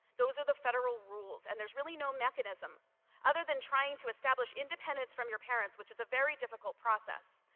those are the federal rules and there is really no mechanism other than trying to establish independence from your parents which is a very difficult process.